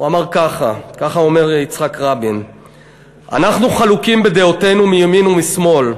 והוא אמר כך: "אנחנו חלוקים בדעותינו מימין ומשמאל,